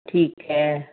ਠੀਕ ਹੈ